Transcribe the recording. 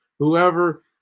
Whoever